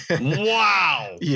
Wow